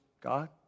God